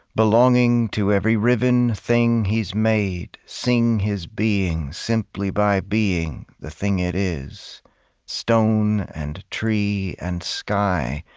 belonging to every riven thing he's made sing his being simply by being the thing it is stone and tree and sky,